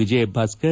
Vijayabhaskar